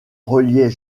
reliait